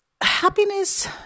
happiness